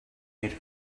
made